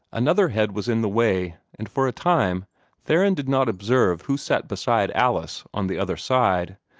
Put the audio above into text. another head was in the way, and for a time theron did not observe who sat beside alice on the other side.